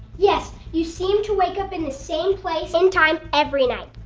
yes you seem to wake up in the same place and time every night.